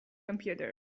computer